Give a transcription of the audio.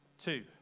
Two